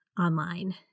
online